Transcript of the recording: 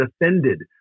offended